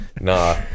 Nah